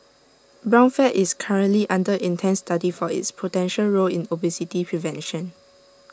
brown fat is currently under intense study for its potential role in obesity prevention